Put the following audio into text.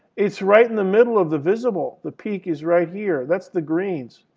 it's right in the middle of the visible, the peak is right here. that's the greens.